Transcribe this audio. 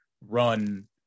run